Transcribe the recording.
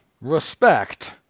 respect